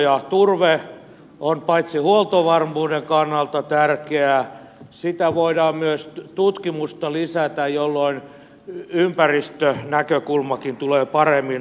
paitsi että turve on huoltovarmuuden kannalta tärkeää siitä voidaan myös tutkimusta lisätä jolloin ympäristönäkökulmakin tulee paremmin huomioitua